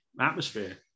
atmosphere